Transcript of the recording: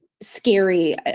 scary